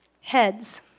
Heads